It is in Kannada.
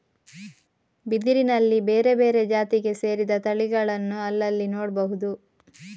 ಬಿದಿರಿನಲ್ಲಿ ಬೇರೆ ಬೇರೆ ಜಾತಿಗೆ ಸೇರಿದ ತಳಿಗಳನ್ನ ಅಲ್ಲಲ್ಲಿ ನೋಡ್ಬಹುದು